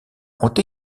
ont